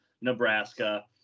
Nebraska